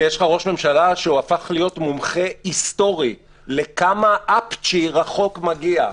יש לך ראש ממשלה שהפך להיות מומחה היסטורי לכמה רחוק מגיע אפצ'י,